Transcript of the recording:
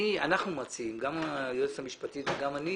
אנחנו מציעים גם היועצת המשפטית וגם אני